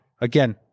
again